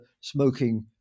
smoking